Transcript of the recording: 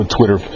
Twitter